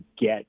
get